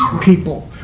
people